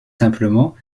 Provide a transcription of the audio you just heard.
simplement